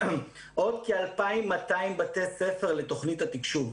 עוד כ-2,200 בתי ספר לתוכנית התקשוב,